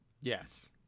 Yes